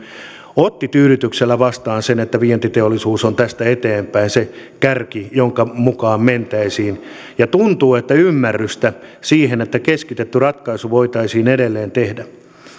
otti tyydytyksellä vastaan sen että vientiteollisuus on tästä eteenpäin se kärki jonka mukaan mentäisiin tuntuu että on ymmärrystä siihen että keskitetty ratkaisu voitaisiin edelleen tehdä